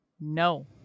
No